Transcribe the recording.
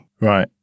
Right